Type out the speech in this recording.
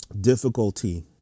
difficulty